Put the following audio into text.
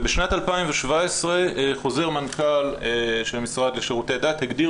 בשנת 2017 חוזר מנכ"ל של המשרד לשירותי דת הגדיר